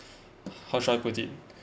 how should I put it